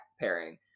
pairing